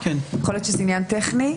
יכול להיות שזה עניין טכני.